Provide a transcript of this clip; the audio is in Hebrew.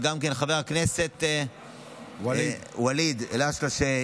וגם לחבר הכנסת ואליד אלהואשלה,